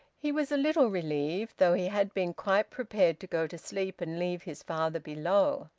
he was a little relieved, though he had been quite prepared to go to sleep and leave his father below.